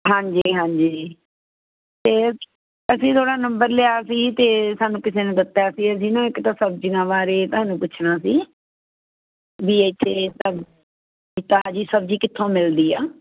ਹਾਂਜੀ ਹਾਂਜੀ ਅਤੇ ਅਸੀਂ ਅਸੀਂ ਥੋੜ੍ਹਾ ਨੰਬਰ ਲਿਆ ਸੀ ਅਤੇ ਸਾਨੂੰ ਕਿਸੇ ਨੇ ਦਿੱਤਾ ਸੀ ਅਤੇ ਅਸੀਂ ਇੱਕ ਤਾਂ ਸਬਜ਼ੀਆਂ ਬਾਰੇ ਤੁਹਾਨੂੰ ਪੁੱਛਣਾ ਸੀ ਵੀ ਇੱਥੇ ਤਾਜ਼ੀ ਸਬਜ਼ੀ ਕਿੱਥੋਂ ਮਿਲਦੀ ਆ